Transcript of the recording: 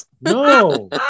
no